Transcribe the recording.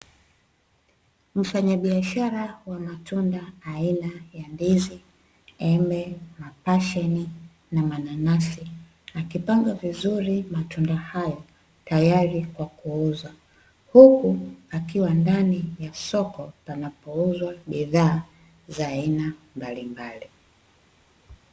Mfanyabiashara wa matunda aina ya ndizi, embe, mapasheni na mananasi, akipanga vizuri matunda hayo tayari kwa kuuza huku akiwa ndani ya soko panapouzwa bidhaa za aina mbalimbali.